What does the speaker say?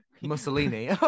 Mussolini